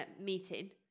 meeting